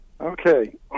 Okay